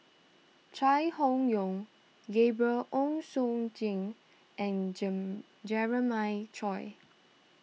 Chai Hon Yoong Gabriel Oon Chong Jin and Jam Jeremiah Choy